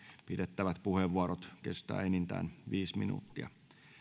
pidettävät puheenvuorot kestävät enintään viisi minuuttia